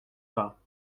pas